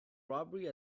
robbery